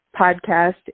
podcast